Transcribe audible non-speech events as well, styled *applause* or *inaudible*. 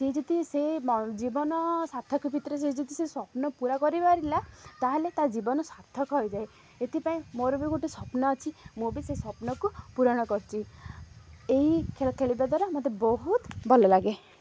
ସିଏ ଯଦି ସେ *unintelligible* ଜୀବନ ସାର୍ଥକ ଭିତରେ ସେଏ ଯଦି ସେ ସ୍ୱପ୍ନ ପୁରା କରିପାରିଲା ତା'ହେଲେ ତା ଜୀବନ ସାର୍ଥକ ହୋଇଯାଏ ଏଥିପାଇଁ ମୋର ବି ଗୋଟେ ସ୍ୱପ୍ନ ଅଛି ମୁଁ ବି ସେ ସ୍ୱପ୍ନକୁ ପୂରଣ କରିଛି ଏହି ଖେଳ ଖେଳିବା ଦ୍ୱାରା ମତେ ବହୁତ ଭଲ ଲାଗେ